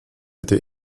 été